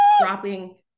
dropping